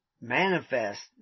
manifest